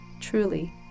truly